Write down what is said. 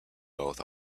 both